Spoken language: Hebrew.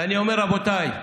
ואני אומר, רבותיי,